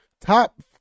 Top